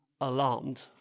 alarmed